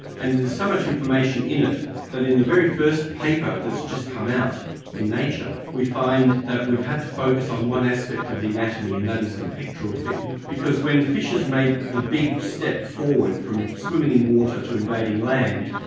and there is so much information in it that in the very first paper that's just come out in nature, we find that we've had to focus on one aspect of the anatomy and that is the pectoral fin because when fishes made the big step forward from swimming in water to invading land,